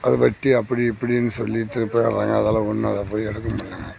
அதை வட்டி அப்படி இப்படின்னு சொல்லிகிட்டு போயிடுறாங்க அதெல்லாம் ஒன்றும் அதை போய் எடுக்க முடிலங்க